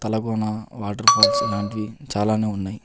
Talakona water falls లాంటివి చాలానే ఉన్నాయి